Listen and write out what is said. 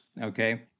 okay